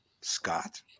Scott